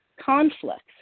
conflicts